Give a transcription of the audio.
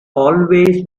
always